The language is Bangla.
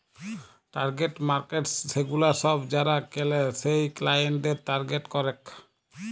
টার্গেট মার্কেটস সেগুলা সব যারা কেলে সেই ক্লায়েন্টদের টার্গেট করেক